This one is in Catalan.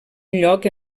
lloc